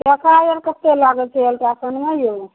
टका आओर कतेक लागै छै अल्ट्रासाउण्डमे यौ